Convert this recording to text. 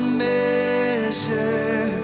measure